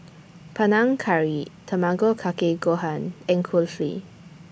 Panang Curry Tamago Kake Gohan and Kulfi